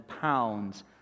pounds